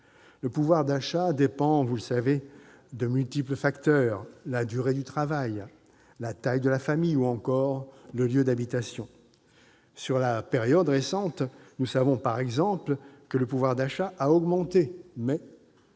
Le pouvoir d'achat dépend, vous le savez, de multiples facteurs : la durée du travail, la taille de la famille ou encore le lieu d'habitation. Durant la période récente, nous savons par exemple que le pouvoir d'achat a augmenté, mais,